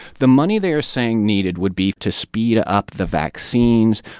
the money, they are saying, needed would be to speed up the vaccines,